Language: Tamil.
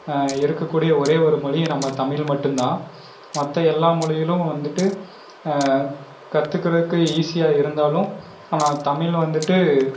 இருக்கக்கூடிய ஒரே ஒரு மொழி நம்ம தமிழ் மட்டும்தான் மற்ற எல்லா மொழிகளும் வந்துவிட்டு கற்றுக்கிறதுக்கு ஈஸியாக இருந்தாலும் இப்போ நான் தமிழ் வந்துவிட்டு